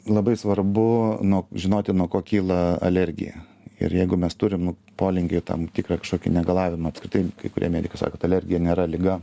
labai svarbu nuo žinoti nuo ko kyla alergija ir jeigu mes turim polinkį į tam tikrą kažkokį negalavimą apskritai kai kurie medikai sako alergija nėra liga